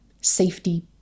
safety